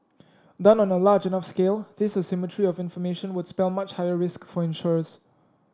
done on a large enough scale this asymmetry of information would spell much higher risk for insurers